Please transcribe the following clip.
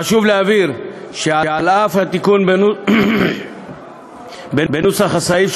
חשוב להבהיר שעל אף התיקון בנוסח הסעיף,